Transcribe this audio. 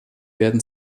werden